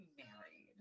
married